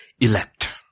elect